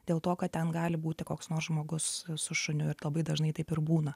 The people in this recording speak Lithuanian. dėl to kad ten gali būti koks nors žmogus su šuniu ir labai dažnai taip ir būna